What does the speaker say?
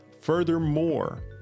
Furthermore